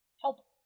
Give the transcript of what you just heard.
Help